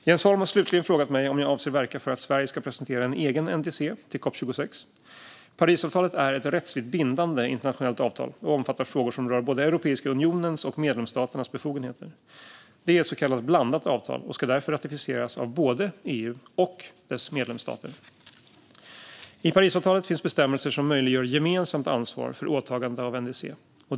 Jens Holm har slutligen frågat mig om jag avser att verka för att Sverige ska presentera ett eget NDC till COP 26. Parisavtalet är ett rättsligt bindande internationellt avtal och omfattar frågor som rör både Europeiska unionens och medlemsstaternas befogenheter. Det är ett så kallat blandat avtal och ska därför ratificeras av både EU och dess medlemsstater. I Parisavtalet finns bestämmelser som möjliggör gemensamt ansvar för åtagande av NDC.